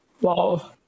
Wow